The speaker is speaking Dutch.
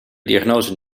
diagnose